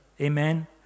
Amen